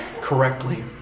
correctly